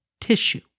tissue